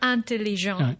Intelligent